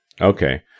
Okay